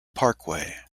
parkway